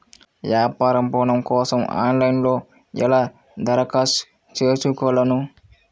వ్యాపార ఋణం కోసం ఆన్లైన్లో ఎలా దరఖాస్తు చేసుకోగలను?